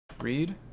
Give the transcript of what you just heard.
read